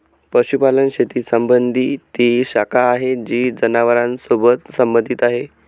पशुपालन शेती संबंधी ती शाखा आहे जी जनावरांसोबत संबंधित आहे